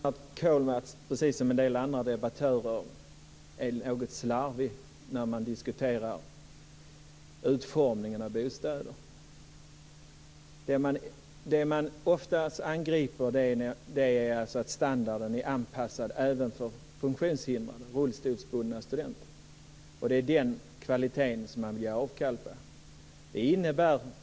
Fru talman! Precis som en del andra debattörer är Lennart Kollmats något slarvig när han diskuterar utformningen av bostäder. Det som man oftast angriper är att standarden är anpassad också för funktionshindrade rullstolsbundna studenter. Det är den kvaliteten som man vill ge avkall på.